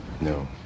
No